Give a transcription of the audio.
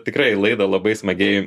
tikrai laidą labai smagiai